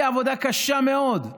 היא עבודה קשה מאוד.